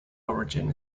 origin